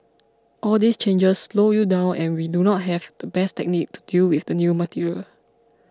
all these changes slow you down and we do not have the best technique to deal with the new material